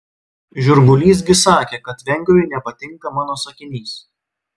žirgulys gi sakė kad vengriui nepatinka mano sakinys